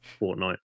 Fortnite